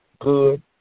good